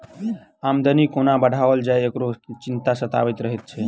आमदनी कोना बढ़ाओल जाय, एकरो चिंता सतबैत रहैत छै